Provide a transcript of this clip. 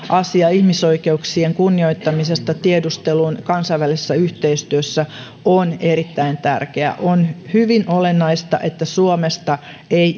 asia ihmisoikeuksien kunnioittamisesta tiedustelun kansainvälisessä yhteistyössä on erittäin tärkeä on hyvin olennaista että suomesta ei